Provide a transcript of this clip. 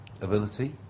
ability